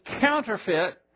counterfeit